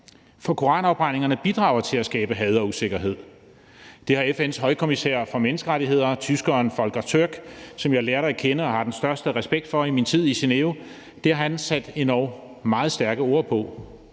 For koranafbrændingerne bidrager til at skabe had og usikkerhed. Det har FN's højkommissær for menneskerettigheder, tyskeren Volker Türk, som jeg lærte at kende i min tid i Genève, og som jeg har den største respekt for, sat endog meget stærke ord på.